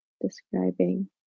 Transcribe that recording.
describing